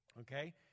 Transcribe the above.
Okay